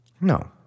No